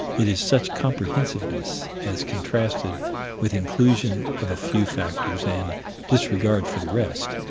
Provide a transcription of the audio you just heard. it is such comprehensiveness, as contrasted with inclusion of a few factors and disregard for the rest,